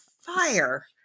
fire